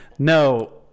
No